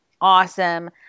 awesome